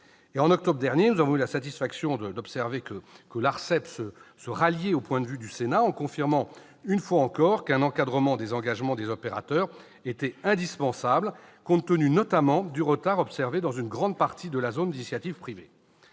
En octobre dernier, nous avons eu la satisfaction de constater que l'ARCEP se ralliait au point de vue du Sénat en confirmant, une fois encore, qu'un encadrement des engagements des opérateurs était indispensable, compte tenu notamment du retard observé dans une grande partie de la zone d'initiative privée.